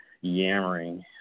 yammering